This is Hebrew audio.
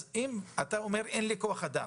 אתה אומר שאין לך כוח אדם.